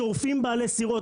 שורפים בעלי סירות.